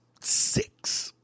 six